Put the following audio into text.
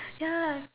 ya